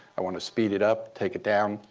i want to speed it up, take it down,